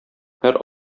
һәр